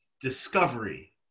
Discovery